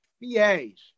fiéis